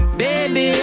baby